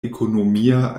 ekonomia